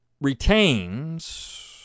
retains